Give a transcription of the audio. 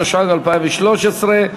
התשע"ג 2013,